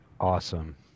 Awesome